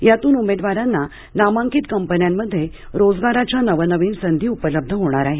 यातून उमेदवारांना नामांकित कंपन्यांमध्ये रोजगाराच्या नवनवीन संधी उपलब्ध होणार आहेत